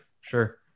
Sure